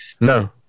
No